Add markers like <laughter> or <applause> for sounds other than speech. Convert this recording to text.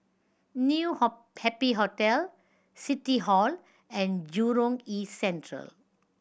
New <unintelligible> Happy Hotel City Hall and Jurong East Central